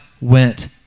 went